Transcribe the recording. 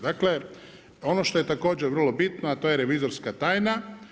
Dakle, ono što je također vrlo bitno, a to je revizorska tajna.